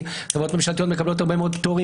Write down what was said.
כי חברות ממשלתיות מקבלות הרבה מאוד פטורים